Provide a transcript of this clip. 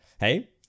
hey